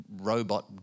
robot